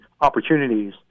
opportunities